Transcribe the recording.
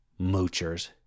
Moochers